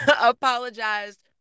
apologized